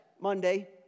Monday